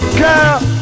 girl